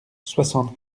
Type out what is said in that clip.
soixante